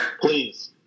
please